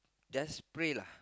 just pray lah